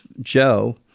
Joe